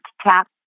tap